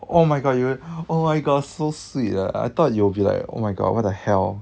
oh my god you oh my god so sweet ah I thought you will be like oh my god what the hell